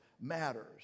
matters